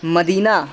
مدینہ